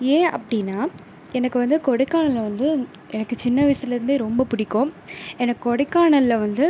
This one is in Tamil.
ஏன் அப்படின்னா எனக்கு வந்து கொடைக்கானலில் வந்து எனக்கு சின்ன வயசுலேருந்தே ரொம்ப பிடிக்கும் எனக்கு கொடைக்கானலில் வந்து